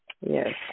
Yes